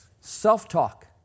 self-talk